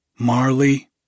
Marley